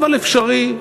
אבל אפשרי,